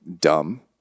dumb